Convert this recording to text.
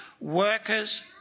workers